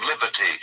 liberty